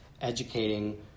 educating